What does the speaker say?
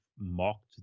mocked